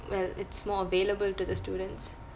well it's more available to the students